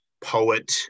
poet